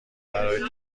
برای